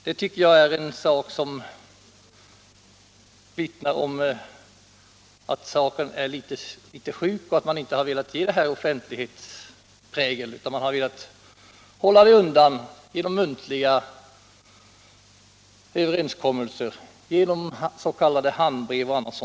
Detta tycker jag vittnar om att saken är litet sjuk och att man inte har velat ge det här offentlighetsprägel utan velat hålla det undan genom muntliga överenskommelser, genom s.k. handbrev m.m.